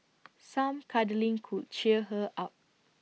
some cuddling could cheer her up